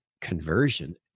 conversion